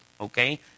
okay